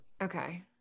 Okay